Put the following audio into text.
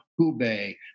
Hubei